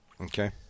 Okay